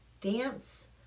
dance